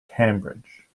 cambridge